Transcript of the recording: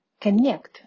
connect